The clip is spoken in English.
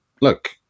look